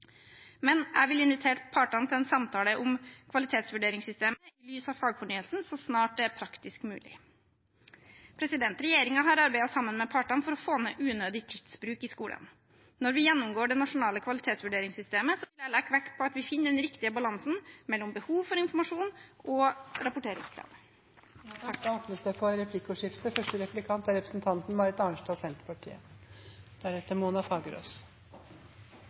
Men jeg vil invitere partene til en samtale om kvalitetsvurderingssystemet i lys av fagfornyelsen så snart det er praktisk mulig. Regjeringen har arbeidet sammen med partene for å få ned unødig tidsbruk i skolen. Når vi gjennomgår det nasjonale kvalitetsvurderingssystemet, vil jeg legge vekt på at vi finner den riktige balansen mellom behov for informasjon og